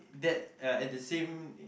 that uh at the same